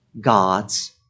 God's